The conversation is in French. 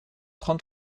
trente